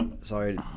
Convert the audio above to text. Sorry